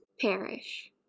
perish